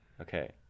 Okay